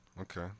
okay